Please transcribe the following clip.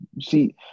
see